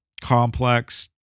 complex